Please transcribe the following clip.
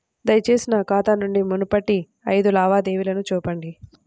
దయచేసి నా ఖాతా నుండి మునుపటి ఐదు లావాదేవీలను చూపండి